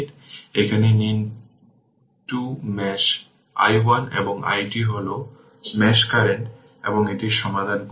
সুতরাং এখানে নিন 2 মেশ i1 এবং i2 হল মেশ কারেন্ট এবং এটি সমাধান করুন